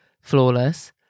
flawless